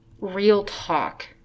real-talk